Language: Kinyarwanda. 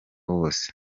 wose